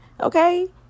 okay